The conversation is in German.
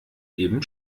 eben